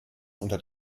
unter